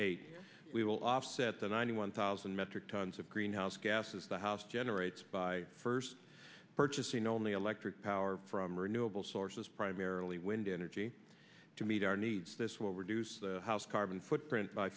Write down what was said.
eight we will offset the ninety one thousand metric tons of greenhouse passes the house generates by first purchasing only electric power from renewable sources primarily wind energy to meet our needs this will reduce the house carbon footprint by